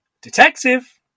Detective